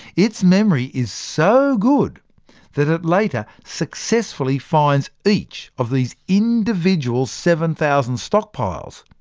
its memory is so good that it later successfully finds each of these individual seven thousand stockpiles.